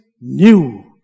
new